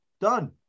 Done